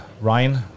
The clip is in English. Ryan